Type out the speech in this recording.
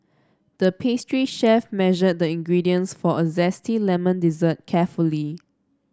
the pastry chef measured the ingredients for a zesty lemon dessert carefully